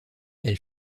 elle